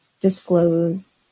disclose